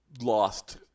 lost